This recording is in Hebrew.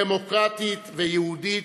דמוקרטית ויהודית,